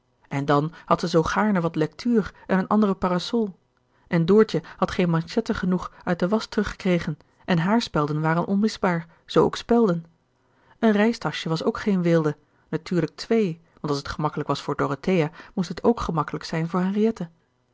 en dan had ze zoo gaarne wat lectuur en een andere parasol en doortje had geen manchetten genoeg uit de wasch terug gekregen en haarspelden waren onmisbaar zoo ook spelden een reistaschje was ook geen weelde natuurlijk twee want als het gemakkelijk was voor dorothea moest het ook gemakkelijk zijn voor